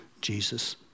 Jesus